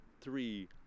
three